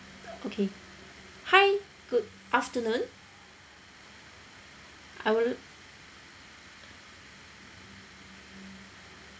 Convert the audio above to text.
okay hi good afternoon I will